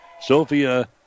Sophia